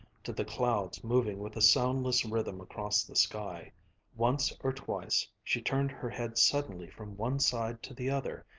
to the clouds moving with a soundless rhythm across the sky once or twice she turned her head suddenly from one side to the other,